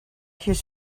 his